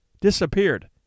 disappeared